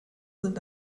sind